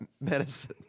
medicine